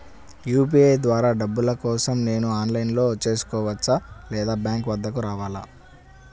UPI ద్వారా డబ్బులు కోసం నేను ఆన్లైన్లో చేసుకోవచ్చా? లేదా బ్యాంక్ వద్దకు రావాలా?